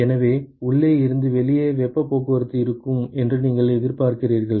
எனவே உள்ளே இருந்து வெளியே வெப்ப போக்குவரத்து இருக்கும் என்று நீங்கள் எதிர்பார்க்கிறீர்கள்